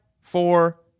four